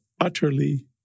utterly